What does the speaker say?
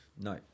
No